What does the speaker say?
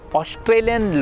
Australian